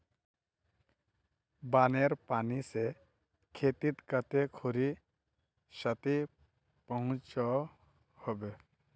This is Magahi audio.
बानेर पानी से खेतीत कते खुरी क्षति पहुँचो होबे?